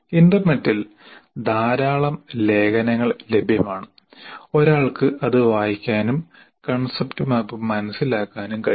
ഇന്റർനെറ്റിൽ ധാരാളം ലേഖനങ്ങൾ ലഭ്യമാണ് ഒരാൾക്ക് അത് വായിക്കാനും കൺസെപ്റ്റ് മാപ്പ് മനസ്സിലാക്കാനും കഴിയും